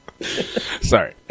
Sorry